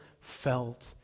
felt